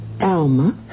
Alma